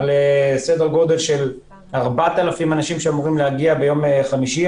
סדר גודל של 4,000 אנשים שאמורים להגיע ביום חמישי,